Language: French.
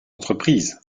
d’entreprises